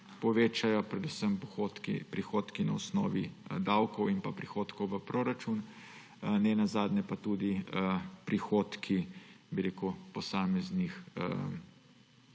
povečajo, predvsem prihodki na osnovi davkov in prihodkov v proračun. Ne nazadnje pa tudi prihodki posameznih